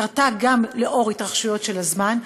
קרתה גם לנוכח התרחשויות של הזמן,